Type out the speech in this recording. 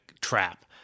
trap